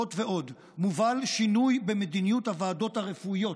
זאת ועוד, מובל שינוי במדיניות הוועדות הרפואיות,